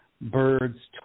Birds